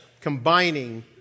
combining